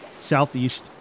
southeast